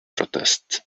protest